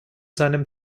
seinem